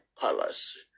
palace